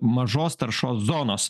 mažos taršos zonos